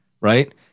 right